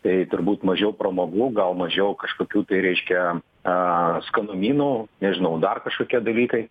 tai turbūt mažiau pramogų gal mažiau kažkokių tai reiškia a skanumynų nežinau dar kažkokie dalykai